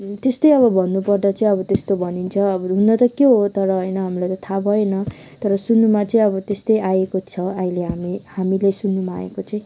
त्यस्तै अब भन्नु पर्दा चाहिँ अब त्यस्तो भनिन्छ अब हुन त के हो तर होइन हामीलाई त थाहा भएन तर सुन्नमा चाहिँ अब त्यस्तै आएको छ अहिले हामीले सुन्नुमा आएको चाहिँ